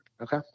Okay